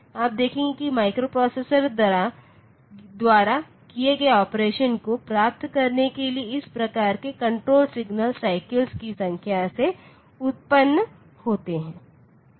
आप देखेंगे कि माइक्रोप्रोसेसरों द्वारा किए गए ऑपरेशनों को प्राप्त करने के लिए इस प्रकार के कण्ट्रोल सिग्नल साइकल्स की संख्या से उत्पन्न होते हैं